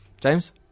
James